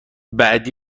بعدی